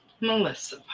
Melissa